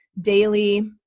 daily